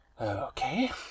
Okay